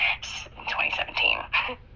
2017